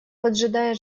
поджидая